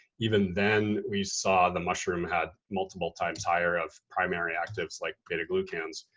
even then we saw the mushroom had multiple times higher of primary actives, like beta glucans.